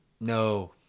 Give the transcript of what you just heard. No